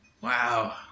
Wow